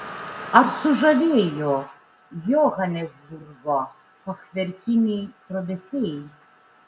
ar sužavėjo johanesburgo fachverkiniai trobesiai